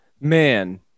Man